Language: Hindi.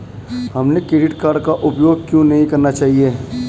हमें क्रेडिट कार्ड का उपयोग क्यों नहीं करना चाहिए?